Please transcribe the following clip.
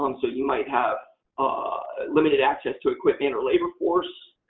um so, you might have limited access to equipment or labor force.